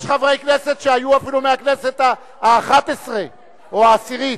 יש חברי כנסת שהיו אפילו מהכנסת האחת-עשרה או העשירית.